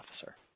Officer